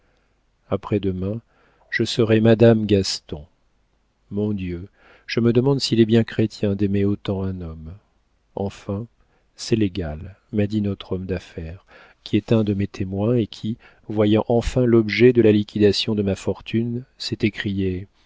demain je serai madame gaston mon dieu je me demande s'il est bien chrétien d'aimer autant un homme enfin c'est légal m'a dit notre homme d'affaires qui est un de mes témoins et qui voyant enfin l'objet de la liquidation de ma fortune s'est écrié